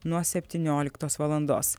nuo septynioliktos valandos